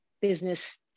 business